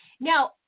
Now